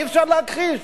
אי-אפשר להכחיש.